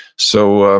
so,